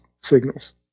signals